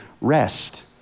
rest